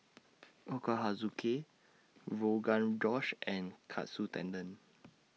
Ochazuke Rogan Josh and Katsu Tendon